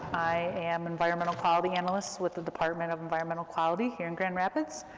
i am environmental quality analyst with the department of environmental quality, here in grand rapids,